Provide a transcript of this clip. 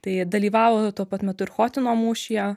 tai dalyvavo tuo pat metu ir chotyno mūšyje